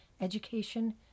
education